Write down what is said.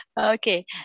Okay